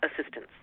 assistance